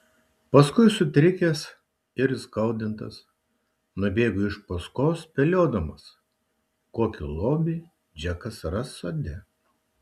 paskui sutrikęs ir įskaudintas nubėgo iš paskos spėliodamas kokį lobį džekas ras sode